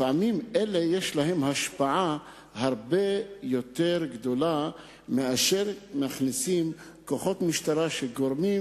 לפעמים לאלה יש השפעה הרבה יותר גדולה מאשר להכנסת כוחות משטרה שגורמים